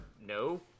no